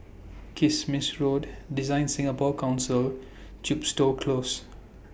Kismis Road DesignSingapore Council Chepstow Close